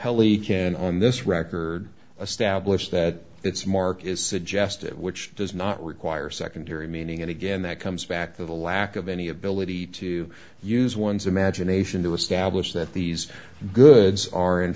appellee can on this record a stablished that it's mark is suggestive which does not require secondary meaning and again that comes back to the lack of any ability to use one's imagination to establish that these goods are in